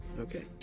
Okay